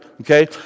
okay